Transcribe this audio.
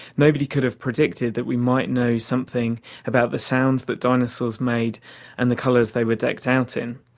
nobody could have predicted that we might know something about the sounds that dinosaurs made and the colours they were decked out in,